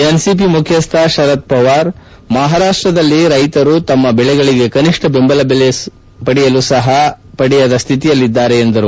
NCP ಮುಖ್ಯಸ್ತ ಶರದ್ ಪವಾರ್ ಮಹಾರಾಷ್ಟ್ದದಲ್ಲಿ ರೈತರು ತಮ್ಮ ಬೆಳೆಗಳಿಗೆ ಕನಿಷ್ಠ ಬೆಂಬಲ ಬೆಲೆಯನ್ನು ಸಹ ಪಡೆಯದ ಸ್ಥಿತಿಯಲ್ಲಿದ್ದಾರೆ ಎಂದರು